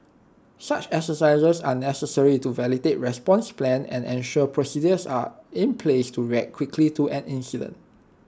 such exercises are necessary to validate response plans and ensure procedures are in place to react quickly to an incident